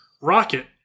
rocket